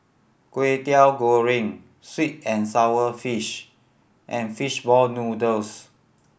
Kway Teow Goreng sweet and sour fish and fish ball noodles